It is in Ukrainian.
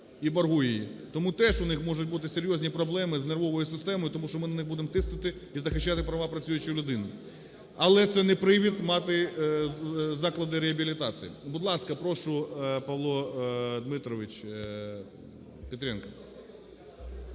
і боргує її. Тому теж у них можуть бути серйозні проблеми з нервовою системою, тому що ми на них будемо тиснути і захищати права працюючої людини. Але це не привід мати заклади реабілітації. Будь ласка, прошу, Павло Дмитрович Петренко.